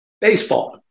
Baseball